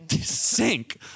sink